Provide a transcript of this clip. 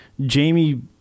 Jamie